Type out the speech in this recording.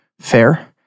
fair